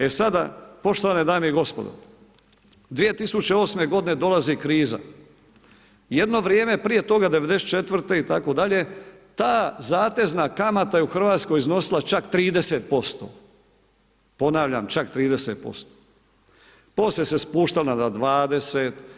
E sada poštovane dame i gospodo, 2008. godine dolazi kriza, jedno vrijeme prije toga '94. itd., ta zatezna kamata u Hrvatskoj je iznosila čak 30%, ponavljam čak 30%, poslije se spuštala na 20.